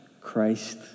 Christ